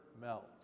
melts